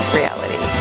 reality